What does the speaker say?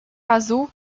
azul